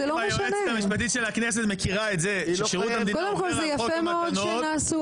ששירות המדינה עובר על חוק המתנות,